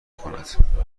کند